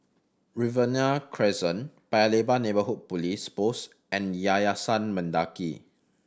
Riverina Crescent Paya Lebar Neighbourhood Police Post and Yayasan Mendaki